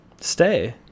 stay